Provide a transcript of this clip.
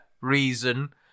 reason